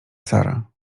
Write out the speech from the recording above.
sara